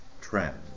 trend